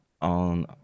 on